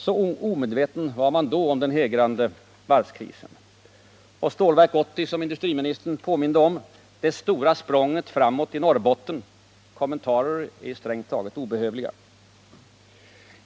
Så omedveten var man då om den hägrande varvskrisen. Och Stålverk 80, som industriministern påminde om! Det stora språnget framåt för Norrbotten. Kommentarer är strängt taget obehövliga.